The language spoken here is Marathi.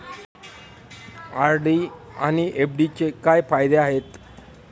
आर.डी आणि एफ.डीचे काय फायदे आहेत?